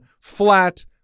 flat